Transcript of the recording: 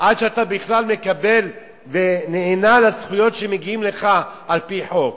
עד שאתה בכלל מקבל ונענה לזכויות שמגיעות לך על-פי חוק.